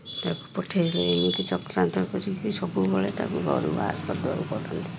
ତାକୁ ପଠେଇଲେ ଏମିତି ଚକ୍ରାନ୍ତ କରିକି ସବୁବେଳେ ତାକୁ ଘରୁ ବାହାର କରିବାକୁ ଚାହାଁନ୍ତି